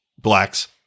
blacks